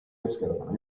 keskerakonna